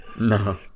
No